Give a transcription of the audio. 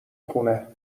خونه